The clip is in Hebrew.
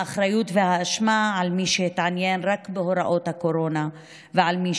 האחריות והאשמה הן על מי שהתעניין רק בהוראות הקורונה ועל מי